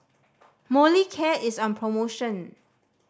Molicare is on promotion